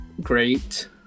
great